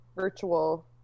virtual